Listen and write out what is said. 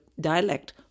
dialect